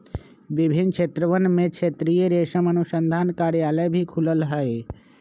विभिन्न क्षेत्रवन में क्षेत्रीय रेशम अनुसंधान कार्यालय भी खुल्ल हई